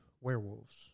werewolves